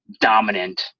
dominant